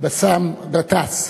באסל גטאס.